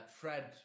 Fred